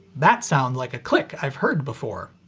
that sounds like a click i've heard before!